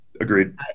agreed